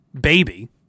baby